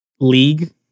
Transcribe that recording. league